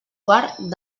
guard